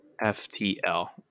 F-T-L